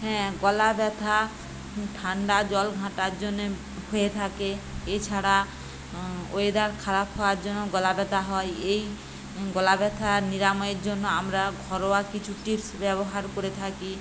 হ্যাঁ গলা ব্যথা ঠাণ্ডা জল ঘাঁটার জন্যে হয়ে থাকে এছাড়া ওয়েদার খারাপ হওয়ার জন্যও গলা ব্যথা হয় এই গলা ব্যথার নিরাময়ের জন্য আমরা ঘরোয়া কিছু টিপস ব্যবহার করে থাকি